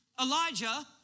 Elijah